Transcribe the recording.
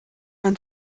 ein